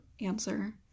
answer